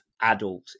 adult